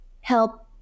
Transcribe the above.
help